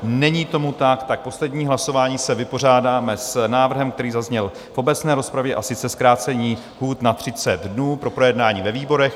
Není tomu tak, tak v posledním hlasování se vypořádáme s návrhem, který zazněl v obecné rozpravě, a sice zkrácení lhůt na 30 dnů pro projednání ve výborech.